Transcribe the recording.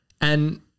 And-